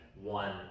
one